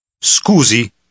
Scusi